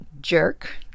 jerk